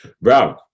bro